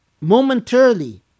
momentarily